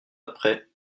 après